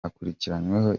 akurikiranyweho